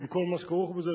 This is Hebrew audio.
עם כל מה שכרוך בזה,